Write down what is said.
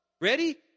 Ready